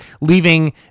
leaving